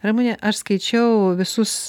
ramune aš skaičiau visus